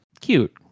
Cute